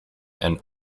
and